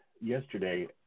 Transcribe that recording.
yesterday